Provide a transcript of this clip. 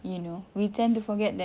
you know we tend to forget that